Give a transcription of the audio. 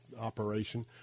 operation